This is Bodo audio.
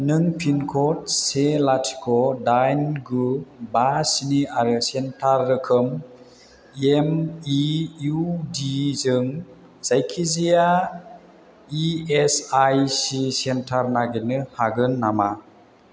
नों पिनकड से लाथिख' डाइन गु बा स्नि आरो सेन्टार रोखोम एमइइउडीजों जायखिजाया इएसआईसि सेन्टार नागिरनो हागोन नामा